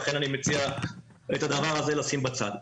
לכן אני מציע את הדבר הזה לשים בצד.